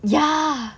ya